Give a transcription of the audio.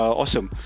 awesome